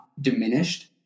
diminished